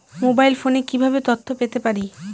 Mobile ফোনে কিভাবে তথ্য পেতে পারি?